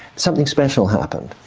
something special happened.